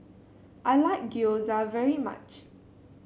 I like Gyoza very much